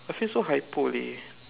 I feel so hypo leh